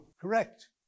correct